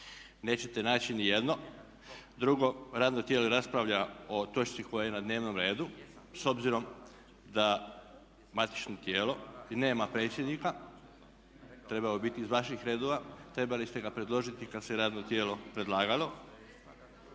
Nećete naći ni jedno. Drugo, radno tijelo raspravlja o točci koje je na dnevnom redu, s obzirom da matično tijelo nema predsjednika trebao bi biti iz vaših redova, trebali ste ga predložiti kad se radno tijelo predlagalo,